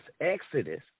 Exodus